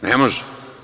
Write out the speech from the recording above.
Ne može.